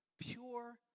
pure